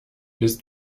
willst